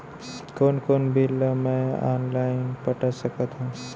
कोन कोन बिल ला मैं ऑनलाइन पटा सकत हव?